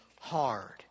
hard